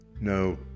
no